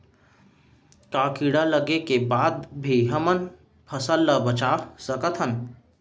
का कीड़ा लगे के बाद भी हमन फसल ल बचा सकथन?